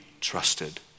trusted